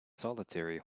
solitary